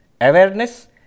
awareness